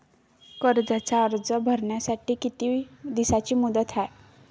कर्जाचा अर्ज भरासाठी किती दिसाची मुदत हाय?